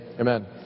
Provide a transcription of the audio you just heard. Amen